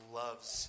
loves